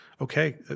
okay